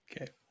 Okay